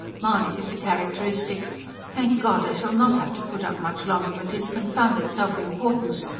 mahony's, a characteristic thank god, i shall not have to put up much longer with his confounded self-importance,